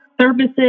services